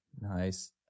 Nice